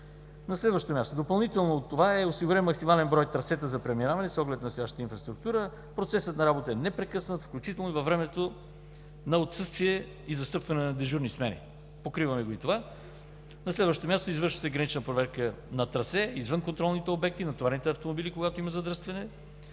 На следващо място, допълнително от това е осигурен максимален брой трасета за преминаване, с оглед на настоящата инфраструктура. Процесът на работа е непрекъснат, включително и във времето на отсъствие и застъпване на дежурни смени. Покриваме го и това. На следващо място, извършва се гранична проверка на трасе – извън контролните обекти, на товарните автомобили. Когато има задръстване